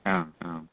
हा आम्